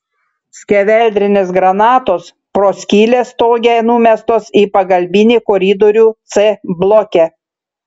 skeveldrinės granatos pro skyles stoge numestos į pagalbinį koridorių c bloke